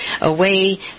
away